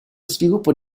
sviluppo